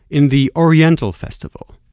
in the oriental festival